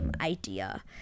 idea